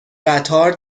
قطار